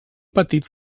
petit